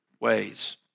ways